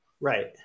right